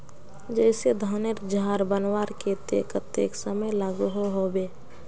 जैसे धानेर झार बनवार केते कतेक समय लागोहो होबे?